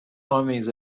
homens